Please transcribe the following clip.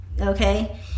okay